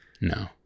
No